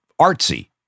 artsy